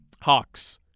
Hawks